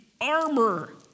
armor